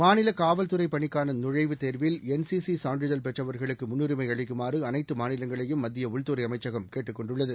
மாநிலகாவல்துறைபணிக்கானநுழைவுத் தேர்வில் என்சிசிசான்றிதழ் பெற்றவர்களுக்குமுன்னுறியைஅளிக்குமாறுஅனைத்தமாநிலங்களையும் மத்தியஉள்துறைஅமைச்சகம் கேட்டுக் கொண்டுள்ளது